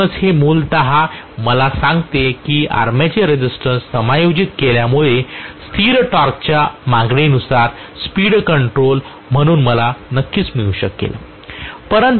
म्हणूनच हे मूलत मला सांगते की आर्मेचर रेसिस्टन्स समायोजित केल्यामुळे स्थिरटॉर्क च्या मागणीनुसार स्पीड कंट्रोल म्हणून मला नक्कीच मिळू शकेल